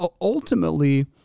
ultimately